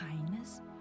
kindness